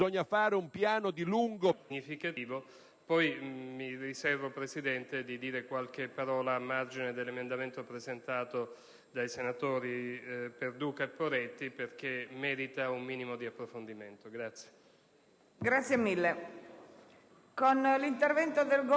all'indicazione concernente l'articolo 425 del codice di procedura penale e al riferimento all'archiviazione del procedimento. In entrambi questi casi non si ha una chiusura definitiva del procedimento in quanto, sia in un caso, che nell'altro, con motivazioni e formalità